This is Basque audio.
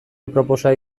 aproposa